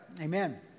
Amen